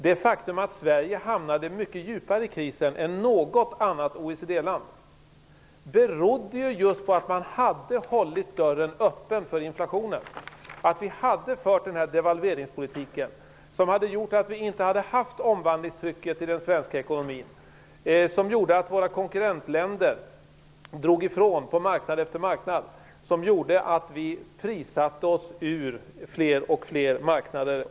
Det faktum att Sverige hamnade i en mycket djupare kris än något annat OECD-land berodde just på att man hade hållit dörren öppen för inflationen, att man hade fört den här devalveringspolitiken. Den gjorde att vi inte hade något omvandlingstryck i den svenska ekonomin, vilket i sin tur gjorde att våra konkurrentländer drog ifrån på marknad efter marknad. Vi fick lov att prissätta oss ur fler och fler marknader.